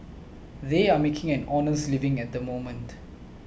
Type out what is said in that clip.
they are making an honest living at the moment